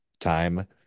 Time